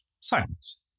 silence